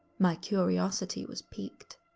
my curiosity was piqued.